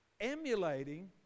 emulating